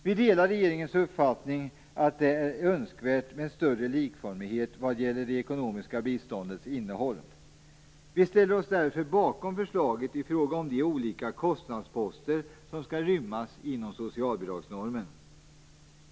Vi delar regeringens uppfattning att det är önskvärt med en större likformighet vad gäller det ekonomiska biståndets innehåll. Vi ställer oss därför bakom förslaget i fråga om de olika kostnadsposter som skall rymmas inom en socialbidragsnorm.